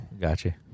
Gotcha